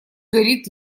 горит